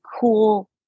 cool